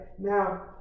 Now